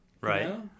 right